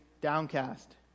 downcast